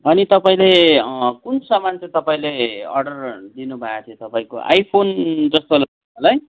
अनि तपाईँले कुन सामान चाहिँ तपाईँले अर्डर दिनु भएको थियो तपाईँको आइफोन जस्तो